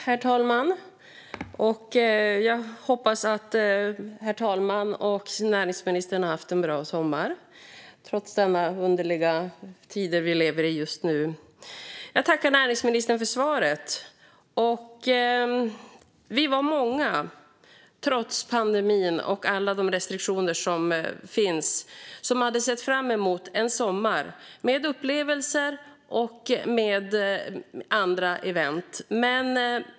Herr talman! Jag hoppas att herr talmannen och näringsministern har haft en bra sommar trots de underliga tider vi just nu lever i. Jag tackar näringsministern för svaret. Vi var många som trots pandemin och alla de restriktioner som finns hade sett fram emot en sommar med upplevelser och andra event.